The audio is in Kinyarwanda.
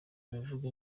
imivugo